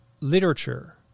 literature